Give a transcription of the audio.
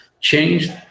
changed